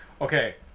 Okay